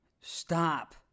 stop